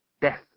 Death